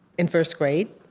in first grade,